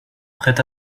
prêt